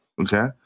Okay